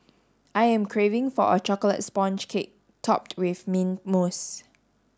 I am craving for a chocolate sponge cake topped with mint mousse